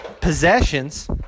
possessions